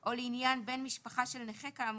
או לעניין בן משפחה של נכה כאמור,